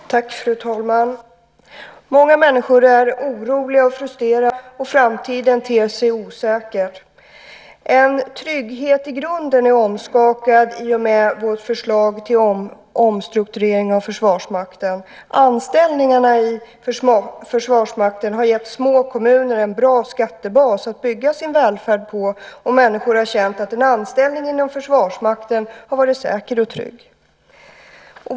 Fru talman! Många människor är oroliga och frustrerade. Många har frågor och funderingar, och framtiden ter sig osäker. En trygghet i grunden är omskakad i och med vårt förslag till omstrukturering av Försvarsmakten. Anställningarna i Försvarsmakten har gett små kommuner en bra skattebas att bygga sin välfärd på, och människor har känt att en anställning inom Försvarsmakten har varit säker och trygg.